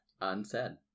Unsaid